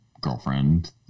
girlfriend